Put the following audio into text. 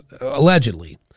allegedly